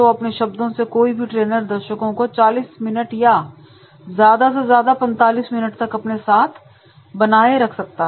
अपने शब्दों से कोई भी ट्रेनर दर्शकों को 40 मिनट या ज्यादा से ज्यादा 45 मिनट तक अपने साथ बनाए रख सकता है